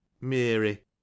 Mary